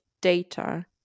data